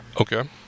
Okay